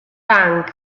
tang